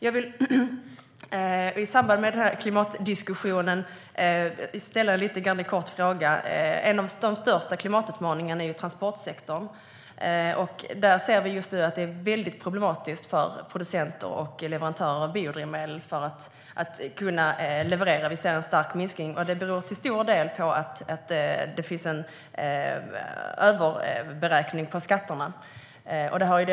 Jag vill i samband med klimatdiskussionen ställa en kort fråga. En av de största klimatutmaningarna gäller transportsektorn. Där ser vi just nu att det är väldigt problematiskt för producenter och leverantörer av biodrivmedel att kunna leverera. Vi ser en stark minskning. Det beror till stor del på att det finns en överberäkning på skatterna.